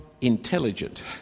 intelligent